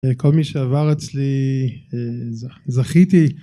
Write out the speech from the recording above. כל מי שעבר אצלי זכיתי